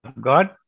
God